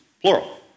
plural